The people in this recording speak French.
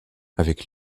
avec